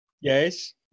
yes